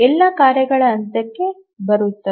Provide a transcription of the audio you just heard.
ಎಲ್ಲಾ ಕಾರ್ಯಗಳು ಹಂತಕ್ಕೆ ಬರುತ್ತವೆ